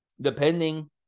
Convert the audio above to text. depending